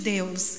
Deus